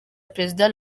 president